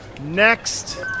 Next